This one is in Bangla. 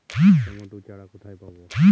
টমেটো চারা কোথায় পাবো?